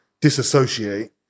disassociate